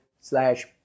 slash